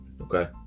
Okay